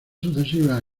sucesivas